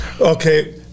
Okay